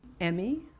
Emmy